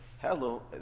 Hello